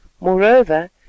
Moreover